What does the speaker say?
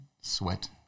sweat